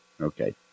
okay